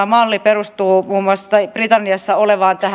malli perustuu britanniassa olevaan